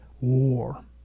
war